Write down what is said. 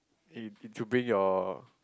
if you bring your